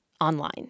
online